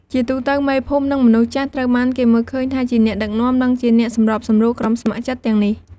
ជាទូទៅ មេភូមិ និងមនុស្សចាស់ ត្រូវបានគេមើលឃើញថាជាអ្នកដឹកនាំ និង ជាអ្នកសម្របសម្រួលក្រុមស្ម័គ្រចិត្ត ទាំងនេះ។